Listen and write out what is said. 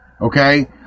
Okay